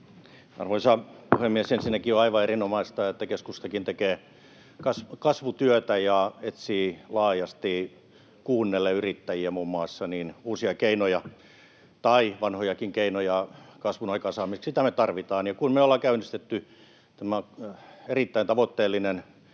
Arvoisa puhemies! Ensinnäkin on aivan erinomaista, että keskustakin tekee kasvutyötä ja laajasti muun muassa yrittäjiä kuunnellen etsii uusia keinoja, tai vanhojakin keinoja, kasvun aikaansaamiseksi. Sitä me tarvitaan, ja kun me ollaan käynnistetty tämä erittäin tavoitteellinen